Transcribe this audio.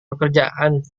pekerjaan